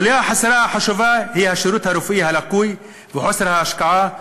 החוליה החסרה החשובה היא השירות הרפואי הלקוי וחוסר ההשקעה,